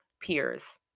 peers